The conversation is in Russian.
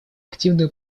активную